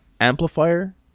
amplifier